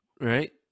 right